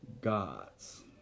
gods